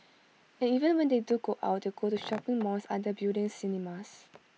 and even when they do go out they go to shopping malls other buildings cinemas